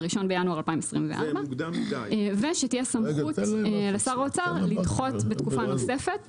ב-1 בינואר 2024 ושתהיה סמכות לשר האוצר לדחות בתקופה נוספת.